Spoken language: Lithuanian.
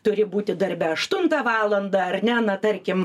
turi būti darbe aštuntą valandą ar ne na tarkim